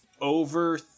over